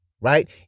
right